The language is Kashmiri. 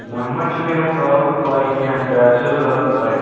وۄنہِ ما چھِ مےٚ ییٚمہِ کارُک پَے کیٚنٛہہ تۄہہِ آسیو زیادٕ پَے